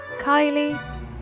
Kylie